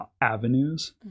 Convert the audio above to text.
avenues